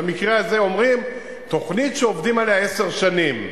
במקרה הזה, אומרים: תוכנית שעובדים עליה עשר שנים.